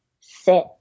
sit